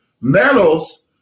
medals